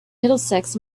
middlesex